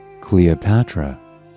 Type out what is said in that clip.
Cleopatra